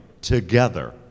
together